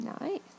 Nice